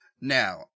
Now